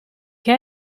che